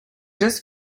just